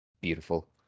Beautiful